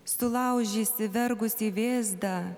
sulaužysi vergus į vėzdą